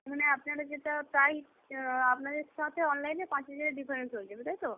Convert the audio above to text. মানে আপনাদের যেটা প্রাইস আপনাদের সাথে অনলাইনে পাঁচ হাজারের ডিফারেন্স হয়ে যাবে তাই তো